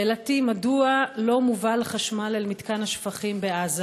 רצוני לשאול: 1. מדוע לא מובל חשמל אל מתקן השפכים בעזה?